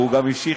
והוא גם השיב,